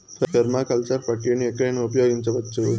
permaculture ప్రక్రియను ఎక్కడైనా ఉపయోగించవచ్చు